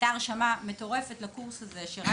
הייתה עצומה וההרשמה לקורס הזה הייתה מטורפת,